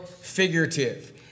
figurative